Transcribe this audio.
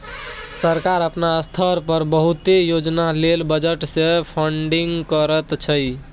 सरकार अपना स्तर पर बहुते योजना लेल बजट से फंडिंग करइ छइ